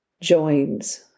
joins